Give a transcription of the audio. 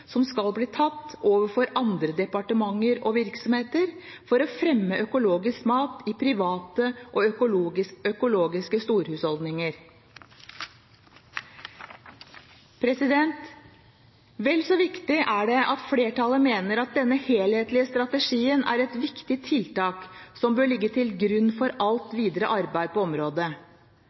som skal bli tatt overfor andre departementer og virksomheter for å fremme økologisk mat i private og økologiske storhusholdninger. Vel så viktig er det at flertallet mener at denne helhetlige strategien er et viktig tiltak som bør ligge til grunn for alt videre arbeid på området,